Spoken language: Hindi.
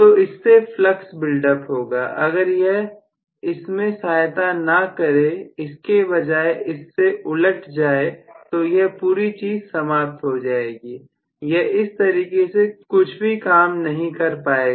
तो इससे फ्लक्स बिल्डअप होगा अगर यह इसमें सहायता ना करें इसके बजाय इससे उलट जाए तो यह पूरी चीज समाप्त हो जाएगी यह इस तरीके से कुछ भी काम नहीं कर पाएगी